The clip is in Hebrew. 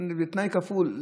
בתנאי כפול,